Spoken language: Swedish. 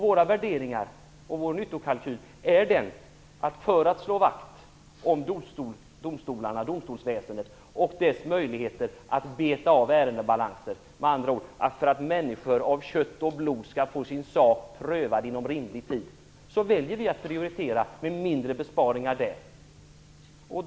Våra värderingar och vår nyttokalkyl är den, att för att slå vakt om domstolsväsendet och dess möjligheter att beta av ärendebalanser - för att människor av kött och blod skall få sin sak prövad inom rimlig tid, med andra ord - väljer vi att prioritera så att vi gör mindre besparingar där.